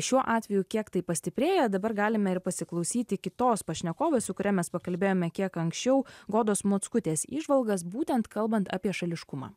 šiuo atveju kiek tai pastiprėję dabar galime ir pasiklausyti kitos pašnekovės su kuria mes pakalbėjome kiek anksčiau godos mockutės įžvalgas būtent kalbant apie šališkumą